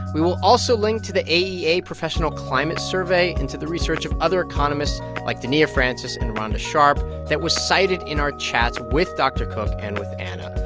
we will also link to the aea professional climate survey into the research of other economists, like dania francis and rhonda sharp, that was cited in our chats with dr. cook and with anna.